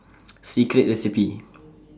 Secret Recipe